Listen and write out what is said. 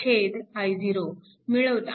तर RThevenin V0 i0 मिळवला